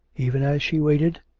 even as she waited,